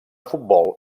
futbol